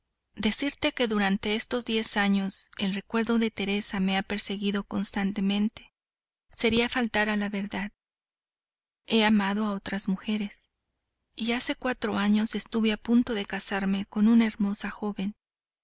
decirte que durante estos diez años el recuerdo de teresa me ha perseguido constantemente sería faltar a la verdad he amado a otras mujeres y hace cuatro años estuve a punto de casarme con una hermosa joven